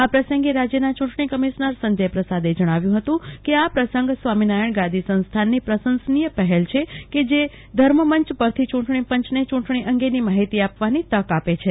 આ પ્રસંગે રાજયના ચુંટણી કમિશ્નર સંજય પ્રસાદે જણાવ્યુ હતુ કે આ પ્રસંગે સ્વપ્તીનારાયણ ગાદી સંસ્થાનની પ્રશંસનીય પહેલ છે કે ધર્મમય પરથી યું ટણીપં ચને યું ટણી અંગેની માહિતી આપવાની તકઆપી છે